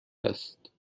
است